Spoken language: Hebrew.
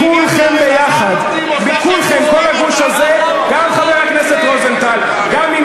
מכולכם יחד אני יותר חברתי, תגיד